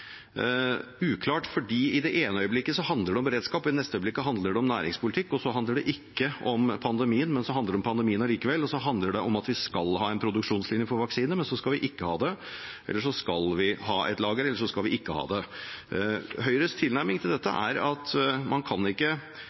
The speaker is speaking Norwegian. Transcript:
I det ene øyeblikket handler det om beredskap, og i det neste øyeblikket handler det om næringspolitikk. Så handler det ikke om pandemien, men så handler det om pandemien likevel. Så handler det om at vi skal ha en produksjonslinje for vaksiner, men så skal vi ikke ha det. Eller så handler det om at vi skal ha et lager, og så skal vi ikke ha det. Høyres tilnærming til dette er: